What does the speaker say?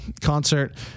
concert